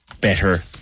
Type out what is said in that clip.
better